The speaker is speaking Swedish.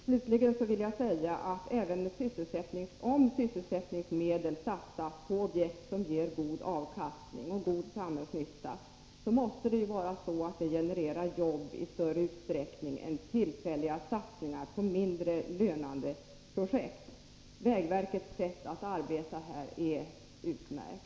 Slutligen vill jag säga att om sysselsättningsmedel satsas på objekt som ger god avkastning och god samhällsnytta, måste satsningen generera jobb i större utsträckning än tillfälliga satsningar på mindre lönande objekt. Vägverkets sätt att arbeta är här utmärkt.